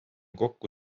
kokku